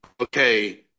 okay